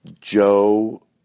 Joe